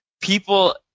people